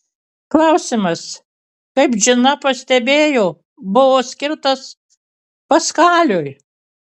klausimas kaip džina pastebėjo buvo skirtas paskaliui